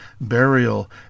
burial